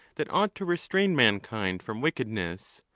that ought to restrain mankind from wicked ness,